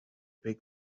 big